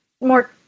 More